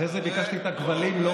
כבר אני ביקשתי להחליף את השר ניצן